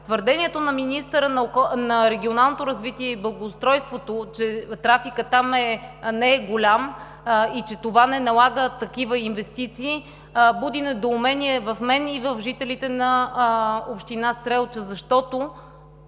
Твърдението на министъра на регионалното развитие и благоустройството, че трафикът там не е голям и че това не налага такива инвестиции, буди недоумение в мен и в жителите на община Стрелча, защото